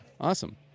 Awesome